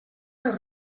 les